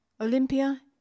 Olympia